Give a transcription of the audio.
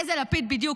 איזה לפיד בדיוק?